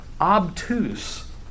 Obtuse